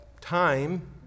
time